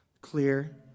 clear